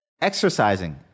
exercising